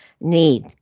need